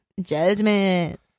Judgment